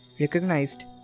recognized